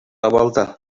абалда